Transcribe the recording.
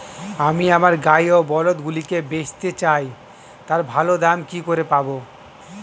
আমি আমার গাই ও বলদগুলিকে বেঁচতে চাই, তার ভালো দাম কি করে পাবো?